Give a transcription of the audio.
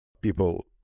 people